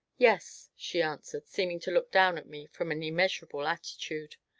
yes, she answered, seeming to look down at me from an immeasurable attitude,